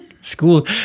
school